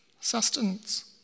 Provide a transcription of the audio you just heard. sustenance